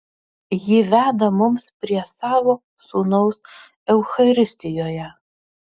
ji veda mums prie savo sūnaus eucharistijoje